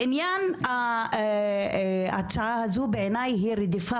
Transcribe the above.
בעניין ההצעה הזו בעיניי היא רדיפה